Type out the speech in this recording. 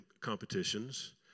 competitions